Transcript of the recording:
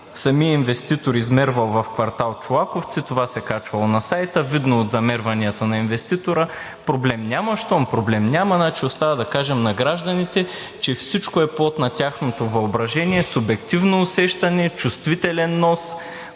самият инвеститор измервал в квартал „Чолаковци“, това се качвало на сайта. Видно от замерванията на инвеститора, проблем няма. Щом проблем няма, значи остава да кажем на гражданите, че всичко е плод на тяхното въображение, субективно усещане, чувствителен нос,